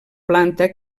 planta